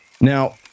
Now